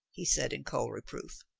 he said in cold reproof.